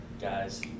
guys